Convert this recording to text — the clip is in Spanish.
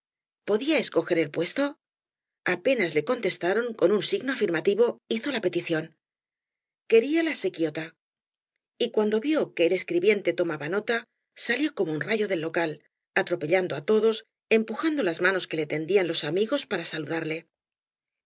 podía escoger el puesto apenas le contestaron con un signo afirmativo hizo la petición quería la sequidta y cuando vio que el escribiente tomaba nota salió como un rayo del local atrepellando á todos empujando las manos que le tendían los amigos para saludarle